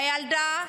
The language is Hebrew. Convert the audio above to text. הילדה,